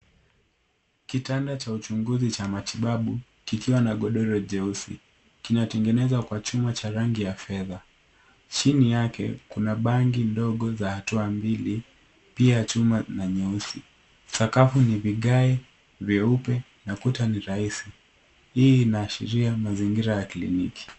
Kitanda cha uchunguzi cha matibabu kikiwa na godoro jeusi kinatengenezwa kwa chuma cha rangi ya fedha. Chini yake kuna bangi ndogo za hatua mbili, pia chuma na nyeusi. Sakafu ni vigae vyeupe na kuta ni rahisi. Hii inaashiria mazingira ya kilniki.